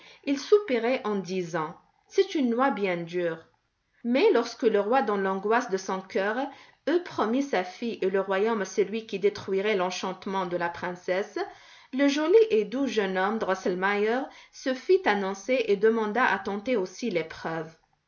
ils soupiraient en disant c'est une noix bien dure mais lorsque le roi dans l'angoisse de son cœur eut promis sa fille et le royaume à celui qui détruirait l'enchantement de la princesse le joli et doux jeune homme drosselmeier se fit annoncer et demanda à tenter aussi l'épreuve